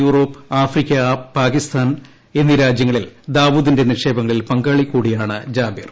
Europe Africa Pakistan എന്നീ രാജ്യങ്ങളിൽ ദാവൂദിന്റെ നിക്ഷേപങ്ങളിൽ പങ്കാളി കൂടിയാണ് ജാബിർ